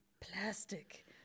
plastic